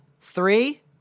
three